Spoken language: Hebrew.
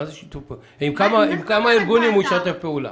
עם כמה ארגונים הוא ישתף פעולה?